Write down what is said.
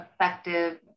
effective